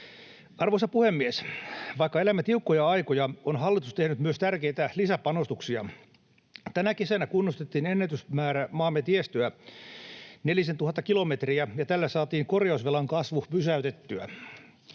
Arvoisa puhemies! Vaikka elämme tiukkoja aikoja, on hallitus tehnyt myös tärkeitä lisäpanostuksia. Tänä kesänä kunnostettiin ennätysmäärä maamme tiestöä, nelisentuhatta kilometriä, ja tällä saatiin korjausvelan kasvu pysäytettyä.